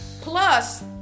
Plus